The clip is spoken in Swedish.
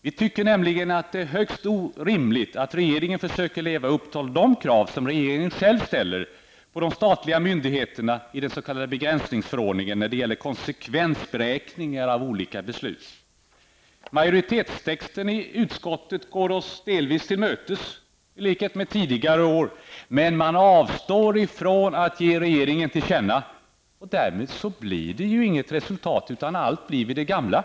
Vi tycker nämligen att det är högst rimligt att regeringen försöker leva upp till de krav som regeringen själv ställer på de statliga myndigheterna i den s.k. begränsningsförordningen när det gäller konsekvensberäkningar av olika beslut. Majoritetstexten i utskottet går, liksom tidigare år, oss delvis till mötes, men man avstår från att föreslå riksdagen att ge regeringen detta till känna, och därmed blir det inget resultat utan allt blir vid det gamla.